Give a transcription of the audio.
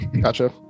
Gotcha